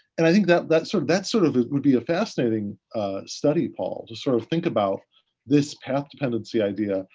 and i think that that sort of that sort of would be a fascinating study, paul. just sort of think about this path dependency idea.